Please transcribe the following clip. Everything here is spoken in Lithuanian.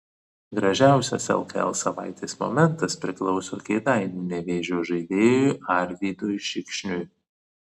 gražiausias lkl savaitės momentas priklauso kėdainių nevėžio žaidėjui arvydui šikšniui